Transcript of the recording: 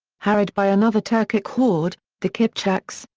harried by another turkic horde, the kipchaks,